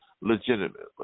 legitimately